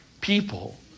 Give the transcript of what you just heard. people